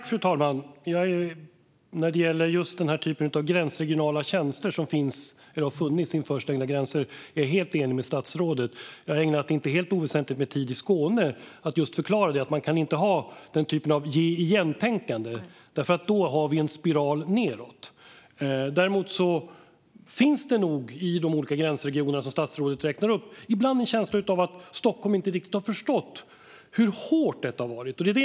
Fru talman! När det gäller just den här typen av gränsregionala tjänster som har funnits inför stängda gränser är jag helt enig med statsrådet. Jag har ägnat inte helt oväsentligt med tid i Skåne åt att just förklara att man inte kan ha den typen av ge igen-tänkande, för då har vi en spiral nedåt. Däremot finns det nog i de olika gränsregioner som statsrådet räknar upp ibland en känsla av att Stockholm inte riktigt har förstått hur hårt detta har varit.